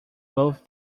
both